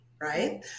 Right